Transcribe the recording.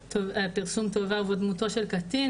פרסום תועבה ובו דמותו של קטין,